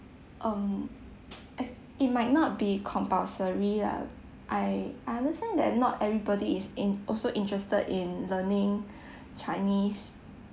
um it might not be compulsory lah I I understand that not everybody is in also interested in learning chinese